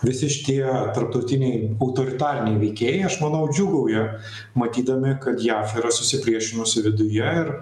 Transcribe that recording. visi šitie tarptautiniai autoritariniai veikėjai aš manau džiūgauja matydami kad jav yra susipriešinusi viduje ir